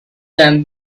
them